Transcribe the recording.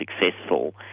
successful